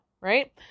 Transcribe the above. right